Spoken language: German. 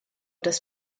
des